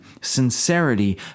sincerity